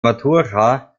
matura